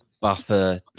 buffer